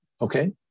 Okay